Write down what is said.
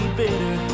bitter